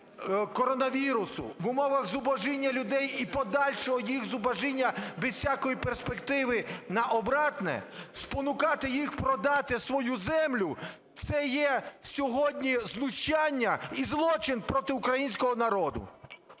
в умовах зубожіння людей і подальшого їх зубожіння без всякої перспективи на обратне, спонукати їх продати свою землю – це є сьогодні знущання і злочин проти українського народу!